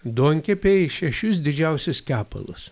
duonkepėj šešis didžiausius kepalus